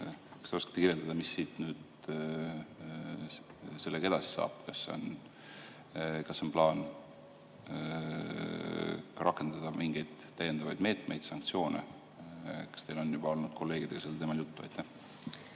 kas te oskate kirjeldada, mis siis nüüd sellega edasi saab? Kas on plaanis rakendada mingeid täiendavaid meetmeid, sanktsioone? Kas teil on juba olnud kolleegidega sellel teemal juttu? Aitäh